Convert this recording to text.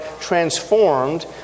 transformed